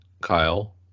Kyle